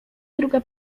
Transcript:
druga